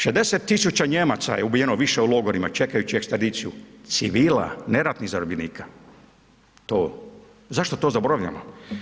60 000 Nijemaca je ubijeno više u logorima čekajući ekstradiciju, civila, ne ratnih zarobljenika, to, zašto to zaboravljamo?